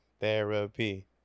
Therapy